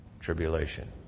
tribulation